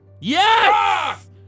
Yes